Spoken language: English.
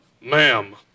Ma'am